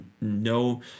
no